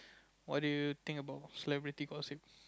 what do you think about celebrity gossip